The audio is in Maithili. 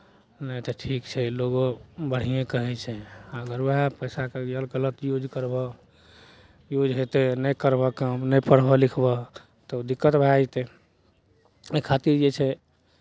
नहि तऽ ठीक छै लोको बढ़िएँ कहै छै अगर उएह कि पैसाके अगर गलत यूज करबह यूज हेतै नहि करबहो काम नहि पढ़बहो लिखबहो तऽ ओ दिक्कत भए जेतै एहि खातिर जे छै